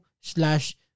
slash